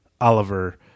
Oliver